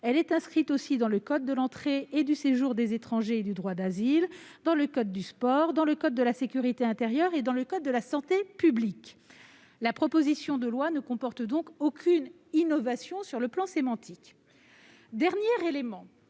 également inscrite dans le code de l'entrée et du séjour des étrangers et du droit d'asile, dans le code du sport, dans le code de la sécurité intérieure et dans le code de la santé publique. La proposition de loi ne comporte donc aucune innovation sur le plan sémantique. Dernier élément,